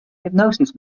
hypnosis